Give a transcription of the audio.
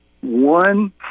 one